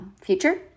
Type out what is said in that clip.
future